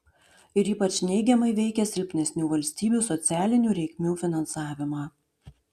ir ypač neigiamai veikia silpnesnių valstybių socialinių reikmių finansavimą